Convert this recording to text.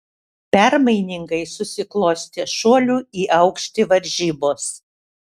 permainingai susiklostė šuolių į aukštį varžybos